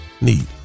need